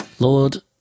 Lord